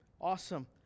Awesome